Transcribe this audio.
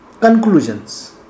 Conclusions